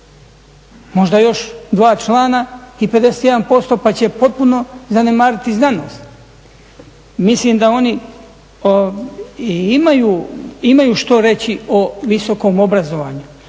Možda još dva člana i 51% pa će potpuno zanemariti znanost. Mislim da oni i imaju što reći o visokom obrazovanju,